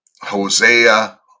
Hosea